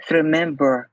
remember